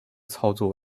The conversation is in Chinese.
操作